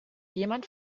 jemand